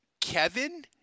Kevin